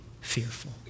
Fearful